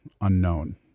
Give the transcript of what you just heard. unknown